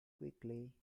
quickly